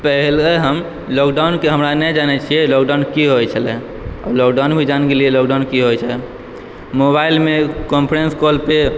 पहिले हम लॉकडाउनके हमरा नहि जनय छियै लॉकडाउन की होइ छलय अब लॉकडाउन भी जानि गेलियै लॉकडाउन की होइत छै मोबाइलमे कॉन्फ्रेन्स कॉलपे